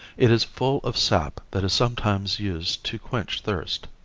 it is full of sap that is sometimes used to quench thirst.